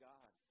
God